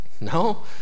No